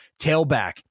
tailback